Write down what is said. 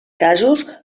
casos